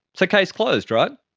so case closed, right?